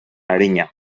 arina